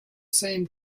same